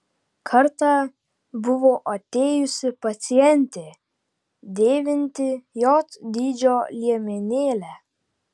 kartą buvo atėjusi pacientė dėvinti j dydžio liemenėlę